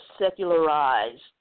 secularized